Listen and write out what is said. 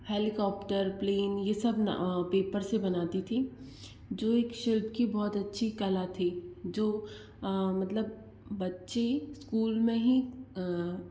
helicopter plane यह सब नाव पेपर से बनाती थी जो एक शिल्प की बहुत अच्छी कला थी जो मतलब बच्ची स्कूल में ही